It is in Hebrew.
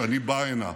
כשאני בא הנה,